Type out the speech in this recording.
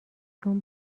چون